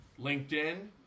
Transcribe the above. LinkedIn